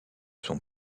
son